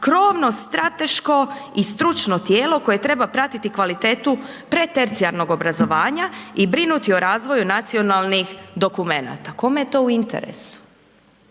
krovno strateško i stručno tijelo koje treba pratiti kvalitetu pretercionalnog obrazovanja i brinuti o razvoju nacionalnih dokumenata, kome je to u interesu?